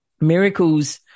Miracles